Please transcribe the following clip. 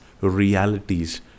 realities